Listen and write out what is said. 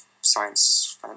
science